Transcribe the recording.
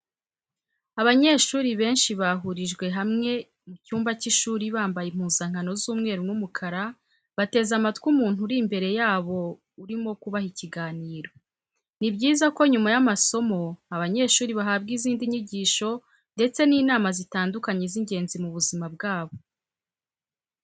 Abanyeshuri benshi bahurijwe hamwe mu cyumba cy'ishuri bambaye impuzankano z'umweru, n'umukara bateze amatwi umuntu uri imbere yabo urimo kubaha ikiganiro. Ni byiza ko nyuma y'amasomo abanyeshuri bahabwa izindi nyigisho ndetse n'inama zitandukanye z'ingenzi mu buzima bwabo.